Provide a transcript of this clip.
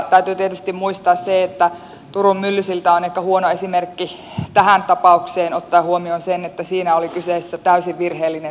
täytyy tietysti muistaa se että turun myllysilta on ehkä huono esimerkki tähän tapaukseen ottaen huomioon sen että siinä oli kyseessä täysin virheellinen suunnittelutyö